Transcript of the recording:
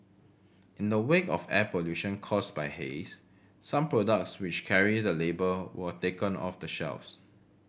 in the wake of air pollution caused by haze some products which carry the label were taken off the shelves